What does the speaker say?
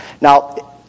Now